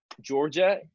Georgia